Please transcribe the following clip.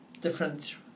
different